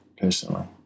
personally